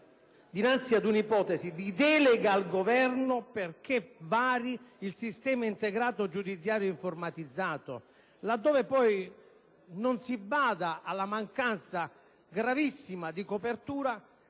dinanzi ad una ipotesi di delega al Governo perché vari il sistema integrato giudiziario informatizzato, laddove poi non si bada alla mancanza gravissima di copertura